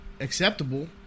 acceptable